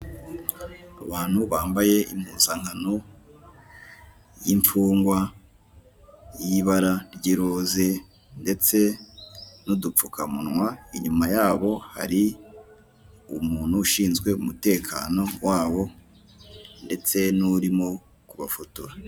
Abantu bambaye impuzankano y'imfungwa y'ibara ry'iroze ndetse n'udupfukamunwa, inyuma yabo hari umuntu ushinzwe umutekano wabo ndetse n'urimo kubafotora.